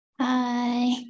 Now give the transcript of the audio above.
Hi